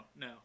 no